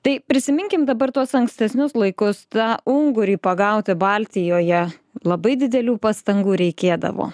tai prisiminkim dabar tuos ankstesnius laikus tą ungurį pagauti baltijoje labai didelių pastangų reikėdavo